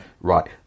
right